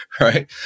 right